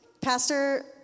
Pastor